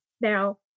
Now